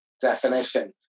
definition